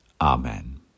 Amen